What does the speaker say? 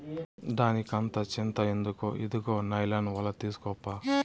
దానికంత చింత ఎందుకు, ఇదుగో నైలాన్ ఒల తీస్కోప్పా